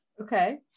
okay